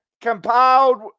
compiled